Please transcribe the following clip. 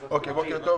בוקר טוב.